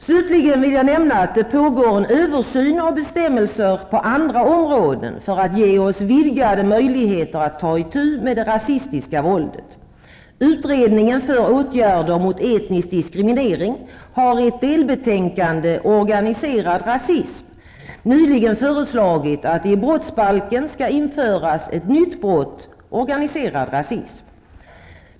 Jag vill slutligen nämna att det pågår en översyn av bestämmelser på andra områden för att ge oss vidgade möjligheter att ta itu med det rasistiska våldet. Utredningen för åtgärder mot etnisk diskriminering har i ett delbetänkande, Organiserad rasism, nyligen föreslagit att i brottsbalken skall införas ett nytt brott med benämningen organiserad rasism.